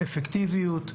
אפקטיביות.